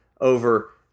over